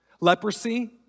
Leprosy